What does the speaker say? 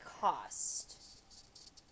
cost